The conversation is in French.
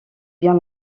bien